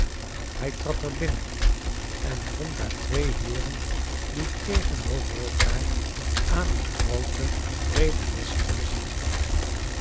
hij trad er binnen en vond daar twee heeren die tegenover elkaar aan een grooten breeden lessenaar zaten